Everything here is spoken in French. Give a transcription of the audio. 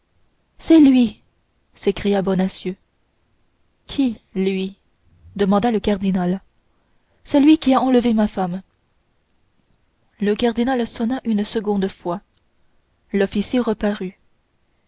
c'est lui s'écria bonacieux qui lui demanda le cardinal celui qui m'a enlevé ma femme le cardinal sonna une seconde fois l'officier reparut